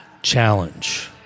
Challenge